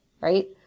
right